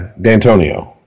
Dantonio